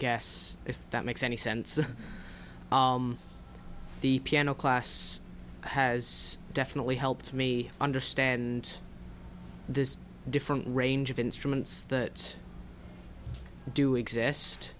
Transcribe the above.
guess if that makes any sense the piano class has definitely helped me understand this different range of instruments that do